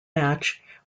match